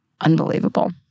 Unbelievable